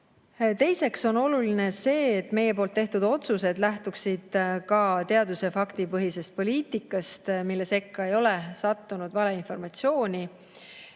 Teiseks on oluline see, et meie tehtud otsused lähtuksid ka teadus- ja faktipõhisest poliitikast, mille sekka ei ole sattunud valeinformatsiooni.